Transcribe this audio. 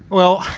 well,